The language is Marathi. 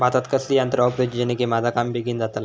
भातात कसली यांत्रा वापरुची जेनेकी माझा काम बेगीन जातला?